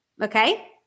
okay